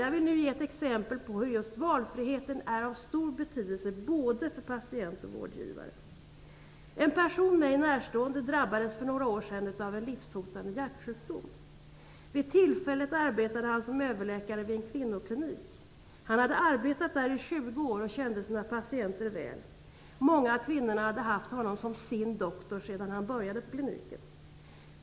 Jag vill nu ge ett exempel på hur just valfriheten är av stor betydelse både för patient och vårdgivare. En mig närstående person drabbades för några år sedan av en livshotande hjärtsjukdom. Vid det tillfället arbetade han som överläkare vid en kvinnoklinik. Han hade arbetat där i 20 år och kände sina patienter väl. Många av kvinnorna hade haft honom som sin doktor sedan han började på kliniken.